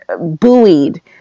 buoyed